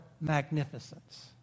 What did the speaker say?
magnificence